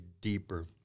deeper